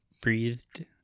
breathed